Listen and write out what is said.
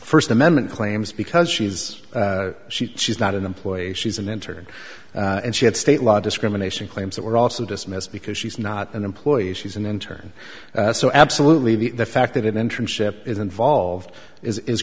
first amendment claims because she's she she's not an employee she's an intern and she had state law discrimination claims that were also dismissed because she's not an employee she's an intern so absolutely the fact that an internship is involved is